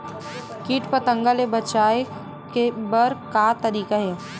कीट पंतगा ले बचाय बर का तरीका हे?